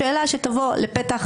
זו שאלה שתבוא לפתח הוועדה הזאת.